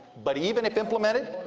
but even if implemented,